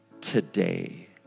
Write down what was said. today